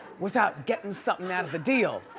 without getting something out of the deal.